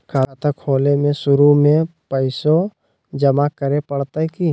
खाता खोले में शुरू में पैसो जमा करे पड़तई की?